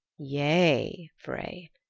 yea, frey.